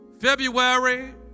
February